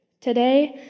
Today